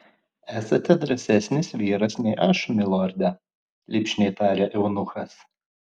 esate drąsesnis vyras nei aš milorde lipšniai tarė eunuchas